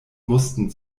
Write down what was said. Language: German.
mussten